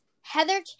Heather